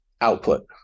output